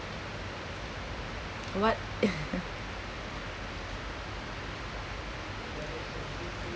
what